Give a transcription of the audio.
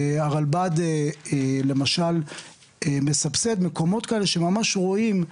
הרלב"ד למשל מסבסד מקומות כאלה שממש רואים.